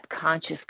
conscious